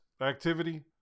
activity